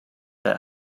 that